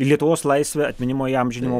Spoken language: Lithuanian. lietuvos laisvę atminimo įamžinimo